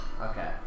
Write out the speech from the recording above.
Okay